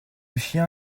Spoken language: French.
chien